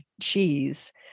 cheese